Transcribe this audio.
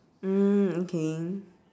mm okay